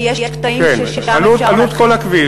כי יש קטעים ששם אפשר, כן, עלות כל הכביש.